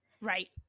Right